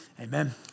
Amen